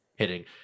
hitting